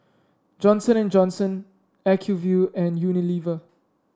Johnson And Johnson Acuvue and Unilever